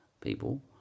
people